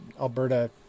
Alberta